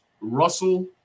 Russell